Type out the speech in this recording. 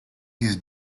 his